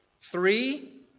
Three